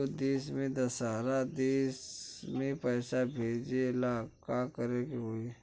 एगो देश से दशहरा देश मे पैसा भेजे ला का करेके होई?